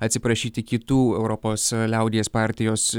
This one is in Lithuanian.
atsiprašyti kitų europos liaudies partijos